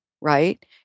right